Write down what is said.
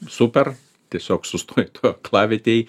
super tiesiog sustoji toj aklavietėj